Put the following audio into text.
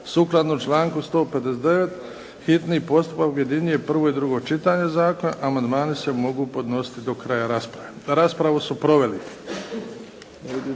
Sukladno članku 159. hitni postupak objedinjuje prvo i drugo čitanje zakona. Amandmani se mogu podnositi do kraja rasprave. Raspravu su proveli